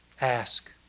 Ask